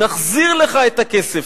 נחזיר לך את הכסף.